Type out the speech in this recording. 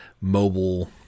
mobile